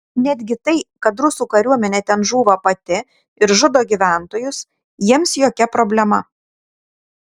netgi tai kad rusų kariuomenė ten žūva pati ir žudo gyventojus jiems jokia problema